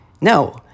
No